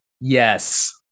Yes